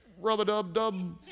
Rub-a-dub-dub